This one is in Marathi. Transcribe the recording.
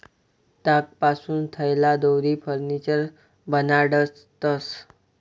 तागपासून थैल्या, दोरी, फर्निचर बनाडतंस